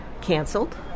canceled